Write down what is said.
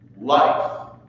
Life